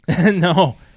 No